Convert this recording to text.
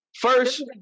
First